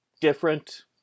different